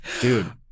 Dude